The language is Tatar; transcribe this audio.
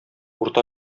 урта